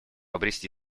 обрести